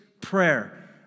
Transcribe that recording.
prayer